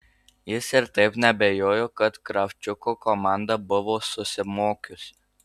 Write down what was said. jis ir taip neabejojo kad kravčiuko komanda buvo susimokiusi